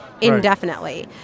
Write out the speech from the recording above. indefinitely